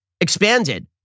expanded